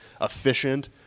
efficient